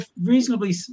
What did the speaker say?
reasonably